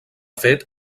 fet